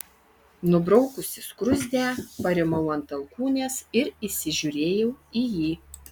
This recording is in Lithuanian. nubraukusi skruzdę parimau ant alkūnės ir įsižiūrėjau į jį